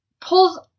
pulls